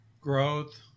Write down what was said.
growth